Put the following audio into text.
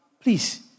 please